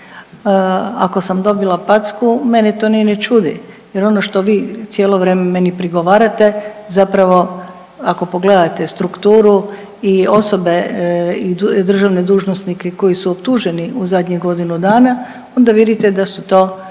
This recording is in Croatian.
Ako sam dobila packu mene to ni ne čudi, jer ono što vi cijelo vrijeme meni prigovarate zapravo ako pogledate strukturu i osobe i državne dužnosnike koji su optuženi u zadnjih godinu dana, onda vidite da su to upravo